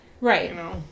Right